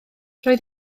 roedd